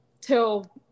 till